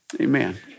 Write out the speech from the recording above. amen